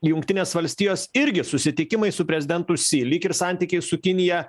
jungtinės valstijos irgi susitikimai su prezidentu si lyg ir santykiai su kinija